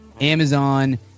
Amazon